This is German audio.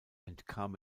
entkam